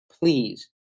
please